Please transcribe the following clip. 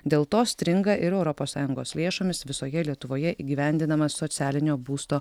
dėl to stringa ir europos sąjungos lėšomis visoje lietuvoje įgyvendinamas socialinio būsto